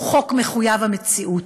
הוא חוק מחויב המציאות,